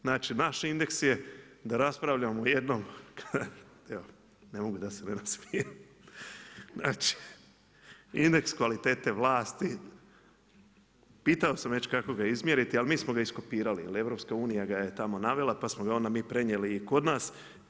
Znači naš indeks je da raspravljamo o jednom, evo, ne mogu da se ne nasmijem, znači indeks kvalitete vlasti, pitao sam već kako ga izmjeriti, ali mi smo ga iskopirali jer EU ga je tamo navela pa smo ga onda im prenijeli i kod nas.